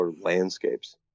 landscapes